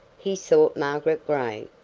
he sought margaret gray,